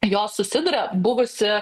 jos susiduria buvusi